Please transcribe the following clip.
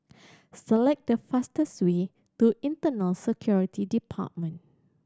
select the fastest way to Internal Security Department